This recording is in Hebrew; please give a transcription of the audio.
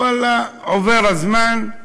ואללה, עובר הזמן,